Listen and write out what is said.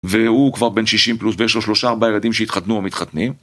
והוא כבר בין 60 פלוס ויש לו שלושה ארבעה ילדים שהתחתנו או מתחתנים